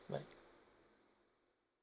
bye